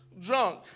drunk